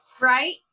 right